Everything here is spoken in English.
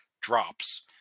drops